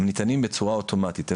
הם ניתנים בצורה אוטומטית.